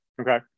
Okay